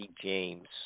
James